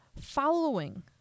Following